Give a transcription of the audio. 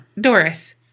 Doris